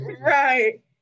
Right